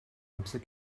amser